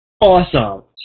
awesome